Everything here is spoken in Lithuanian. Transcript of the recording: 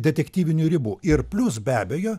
detektyvinių ribų ir plius be abejo